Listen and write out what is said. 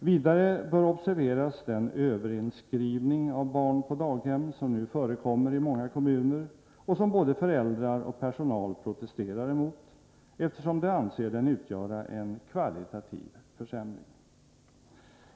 Vidare bör observeras den överinskrivning av barn på daghem som nu förekommer i många kommuner, och som både föräldrar och personal protesterar emot, eftersom de anser den utgöra en kvalitativ försämring.